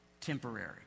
Temporary